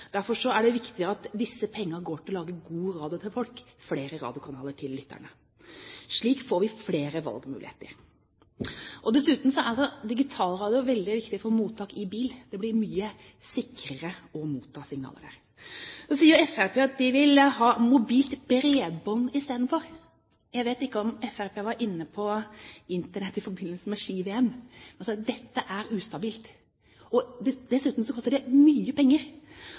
Derfor er det viktig at disse pengene går til å lage god radio til folk – flere radiokanaler til lytterne. Slik får vi flere valgmuligheter. Dessuten er digitalradio veldig viktig for mottak i bil. Det blir mye sikrere å motta signaler der. Så sier Fremskrittspartiet at de vil ha mobilt bredbånd istedenfor. Jeg vet ikke om Fremskrittspartiet var inne på Internett i forbindelse med Ski-VM. Dette er ustabilt. Dessuten koster det mye penger.